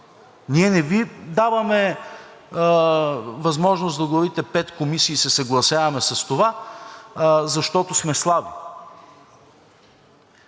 Ние не Ви даваме възможност да оглавите пет комисии и се съгласяваме с това, защото сме слаби.